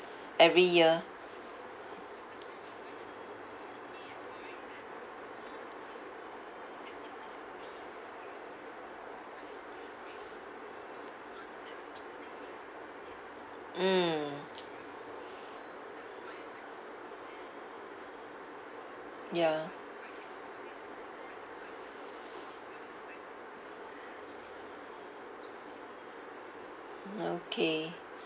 every year mm ya okay